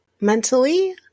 mentally